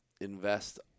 invest